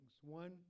One